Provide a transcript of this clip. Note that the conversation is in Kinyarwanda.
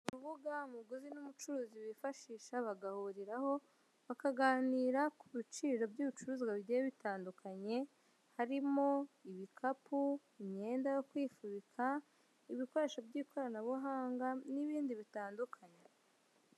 Urubuga umuguzi n'umucuruzi bifashisha bagahuriraho, bakaganira kubiciro by'ibicuruzwa bigiye bitandukanye harimo ibikapu, imyenda yo kwifubika, ibikoresho by'ikoranabuhanga n'ibindi bitandukanye.